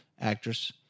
actress